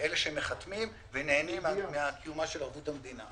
שמחתמים ונהנים מקיומה של ערבות המדינה.